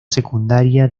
secundaria